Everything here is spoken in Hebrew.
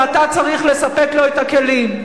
ואתה צריך לספק לו את הכלים.